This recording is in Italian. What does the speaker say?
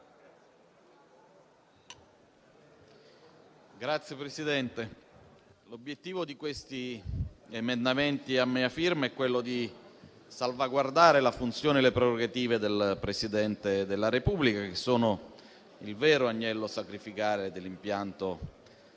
Signora Presidente, l'obiettivo degli emendamenti a mia firma è quello di salvaguardare la funzione e le prerogative del Presidente della Repubblica, che sono il vero agnello sacrificale dell'impianto